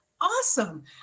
awesome